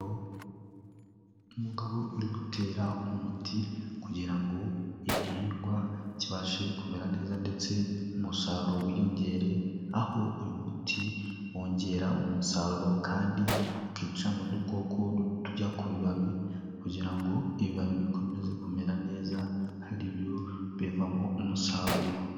Umugabo uri gutera umuti kugira ngo igihingwa kibashe kumera neza ndetse n'umusaruro wiyongere, aho uyu muti wongera umusaruro kandi ukica n'udukoko tujya ku bibabi kugira ngo ibibabi bikomeze kumera neza aribyo bivamo umusaruro.